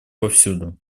повсюду